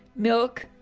milk,